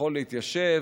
יכול להתיישב,